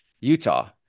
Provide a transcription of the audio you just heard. Utah